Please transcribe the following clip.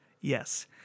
Yes